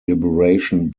liberation